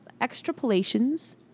extrapolations